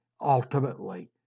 ultimately